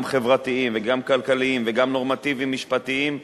חברתיים וגם כלכליים וגם נורמטיביים-משפטיים,